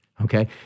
okay